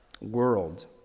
world